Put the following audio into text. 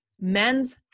Men's